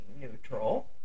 neutral